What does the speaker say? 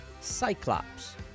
Cyclops